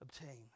obtain